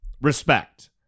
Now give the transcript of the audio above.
respect